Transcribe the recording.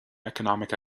economic